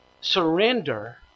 Surrender